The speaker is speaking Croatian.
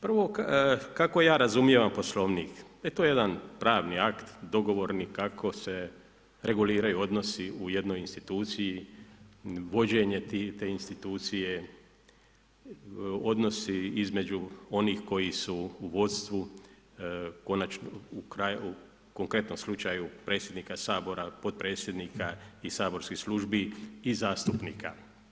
Prvo, kako ja razumijevam Poslovnik, e to je jedan pravni akt, dogovorni kako se reguliraju odnosi u jednoj instituciji, vođenje te institucije, odnosi između onih koji su u vodstvu, konačno, u konkretnom slučaju predsjednika Sabora, potpredsjednika i saborskih službi i zastupnika.